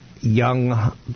young